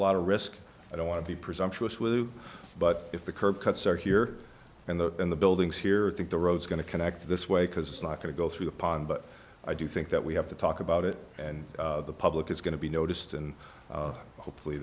lot of risk i don't want to be presumptuous with you but if the curb cuts are here and the and the buildings here think the road is going to connect this way because it's not going to go through the pond but i do think that we have to talk about it and the public is going to be noticed and hopefully